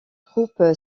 troupe